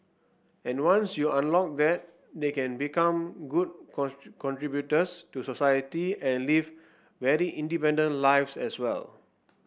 and once you unlock that they can become good contributors to society and live very independent lives as well